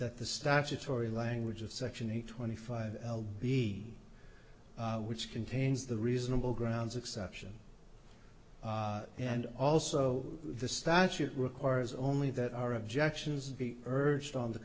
that the statutory language of section eight twenty five b which contains the reasonable grounds exception and also the statute requires only that are objections be urged on